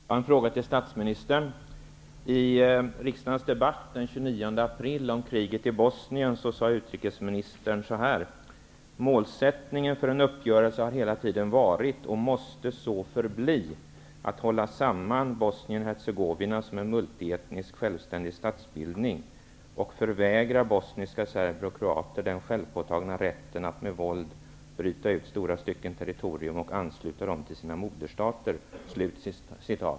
Herr talman! Jag har en fråga till statsministern. I riksdagens debatt den 29 april om kriget i Bosnien sade utrikesministern så här: ''Målsättningen för en uppgörelse har hela tiden varit och måste så förbli att hålla samman Bosnien-Hercegovina som en multietnisk självständig statsbildning och förvägra bosniska serber och kroater den självpåtagna rätten att med våld bryta ut stora stycken territorium och ansluta dem till sina moderstater.''